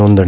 नोंदणी